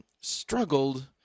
struggled